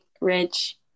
rich